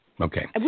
Okay